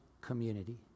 community